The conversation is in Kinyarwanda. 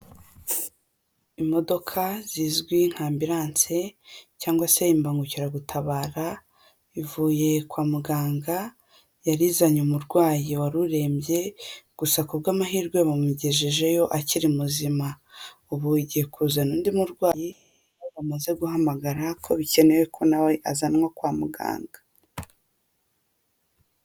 Imodoka zizwi nka ambiranse cyangwa se imbangukiragutabara ivuye kwa muganga yari izanye umurwayi wari urembye gusa ku bw'amahirwe bamugejejeyo akiri muzima, ubu bagiye kuzana undi murwayi bamaze guhamagara ko bikenewe ko nawe azanwa kwa muganga.